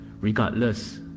regardless